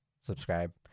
subscribe